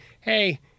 hey